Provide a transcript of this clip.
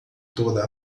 toda